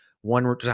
one